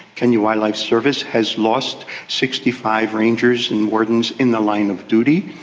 kenya wildlife service has lost sixty five rangers and wardens in the line of duty.